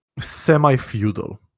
semi-feudal